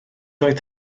oedd